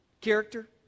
character